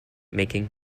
making